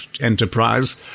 Enterprise